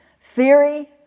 theory